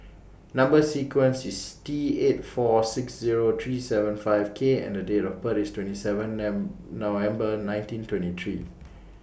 Number sequence IS T eight four six Zero three seven five K and Date of birth IS twenty seven November nineteen twenty three